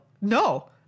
No